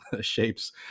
shapes